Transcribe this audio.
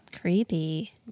creepy